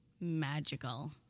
magical